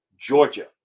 Georgia